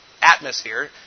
atmosphere